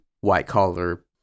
white-collar